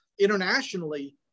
internationally